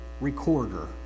recorder